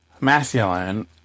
masculine